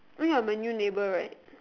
oh ya my new neighbor right